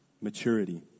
maturity